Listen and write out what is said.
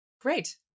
Great